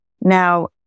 Now